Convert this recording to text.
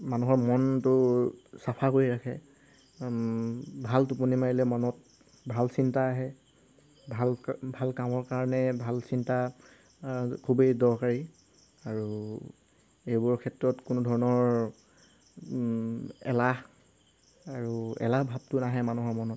মানুহৰ মনটো চাফা কৰি ৰাখে ভাল টোপনি মাৰিলে মনত ভাল চিন্তা আহে ভাল ভাল কামৰ কাৰণে ভাল চিন্তা খুবেই দৰকাৰী আৰু এইবোৰৰ ক্ষেত্ৰত কোনো ধৰণৰ এলাহ আৰু এলাহ ভাৱটো নাহে মানুহৰ মনত